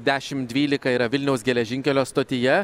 dešim dvylika yra vilniaus geležinkelio stotyje